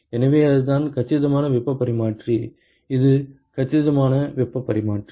எனவே அதுதான் கச்சிதமான வெப்பப் பரிமாற்றி இது கச்சிதமான வெப்பப் பரிமாற்றி